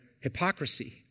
Hypocrisy